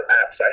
apps